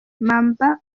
mamba